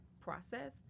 process